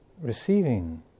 receiving